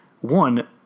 One